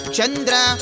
Chandra